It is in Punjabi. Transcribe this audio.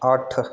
ਅੱਠ